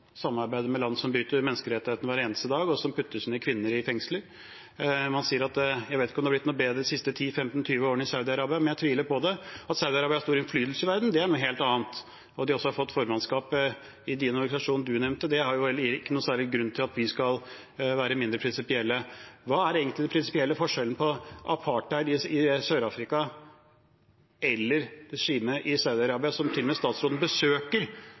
med land som bryter menneskerettighetene hver eneste dag, og som putter sine kvinner i fengsel. Jeg vet ikke om det har blitt noe bedre i Saudi-Arabia de siste 10–20 årene – jeg tviler på det. At Saudi-Arabia har stor innflytelse i verden, er noe helt annet. At de også har fått formannskapet i den organisasjonen du nevnte, er vel ingen grunn til at vi skal være mindre prinsipielle. Hva er egentlig den prinsipielle forskjellen på apartheidregimet i Sør-Afrika og regimet i Saudi-Arabia, som utenriksministeren til og med besøker for å snakke med og ha en dialog om menneskerettighetssituasjonen med, som